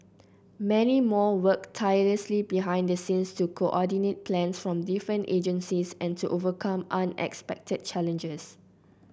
many more worked tirelessly behind the scenes to coordinate plans from different agencies and to overcome unexpected challenges